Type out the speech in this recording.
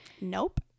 Nope